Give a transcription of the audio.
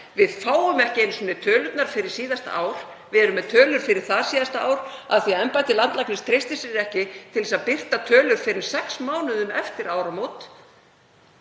Við fáum ekki einu sinni tölurnar fyrir síðasta ár. Við erum með tölur fyrir þarsíðasta ár af því að embætti landlæknis treystir sér ekki til að birta tölur fyrr en sex mánuðum eftir áramót.